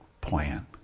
plan